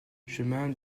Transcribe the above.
chemin